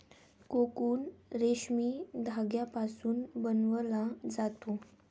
cocoon रेशीम धाग्यापासून बनवला जातो